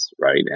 right